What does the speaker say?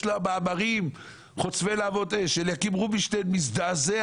יש לה מאמרים חוצבי להבות אש; אליקים רובינשטיין מזדעזע.